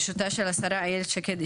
בראשותה של השרה אילת שקד,